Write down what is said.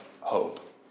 hope